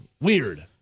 Weird